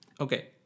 Okay